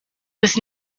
was